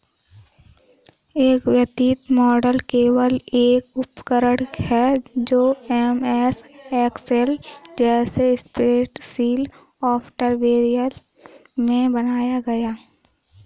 एक वित्तीय मॉडल केवल एक उपकरण है जो एमएस एक्सेल जैसे स्प्रेडशीट सॉफ़्टवेयर में बनाया गया है